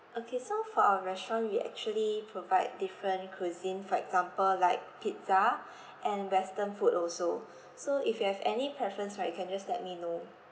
okay so for our restaurant we actually provide different cuisine for example like pizza and western food also so if you have any preference right you can just let me know